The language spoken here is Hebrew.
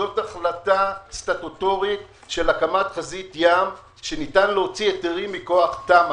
זו החלטה סטטוטורית של הקמת חזית ים שניתן להוציא היתרים מכוח תמ"א.